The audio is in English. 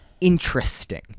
interesting